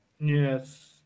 Yes